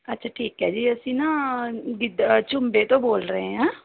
ਅੱਛਾ ਠੀਕ ਹੈ ਜੀ ਅਸੀਂ ਨਾ ਗਿਦ ਝੁੰਬੇ ਤੋਂ ਬੋਲ ਰਹੇ ਹਾਂ